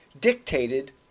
dictated